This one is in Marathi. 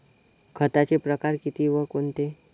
खताचे प्रकार किती व कोणते?